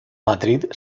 madrid